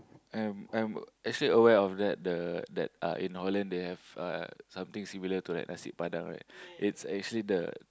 I'm I'm actually aware of that the that uh in Holland they have uh something similar to that Nasi-Padang right it's actually the